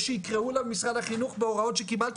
יש שיקראו לה משרד החינוך בהוראות שקיבלתי